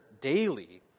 daily